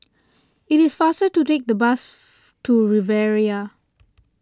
it is faster to take the bus to Riviera